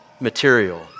material